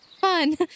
fun